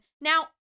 Now